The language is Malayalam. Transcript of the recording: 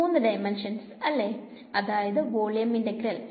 3 ഡൈമെൻഷൻ അല്ലെഅതായത് വോളിയം ഇന്റഗ്രൽ